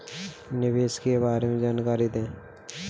निवेश के बारे में जानकारी दें?